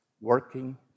working